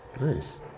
Nice